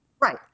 Right